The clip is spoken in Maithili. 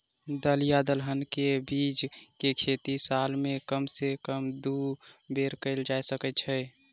दल या दलहन केँ के बीज केँ खेती साल मे कम सँ कम दु बेर कैल जाय सकैत अछि?